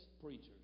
preachers